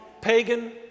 pagan